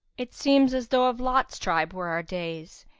it seems as though of lot's tribe were our days,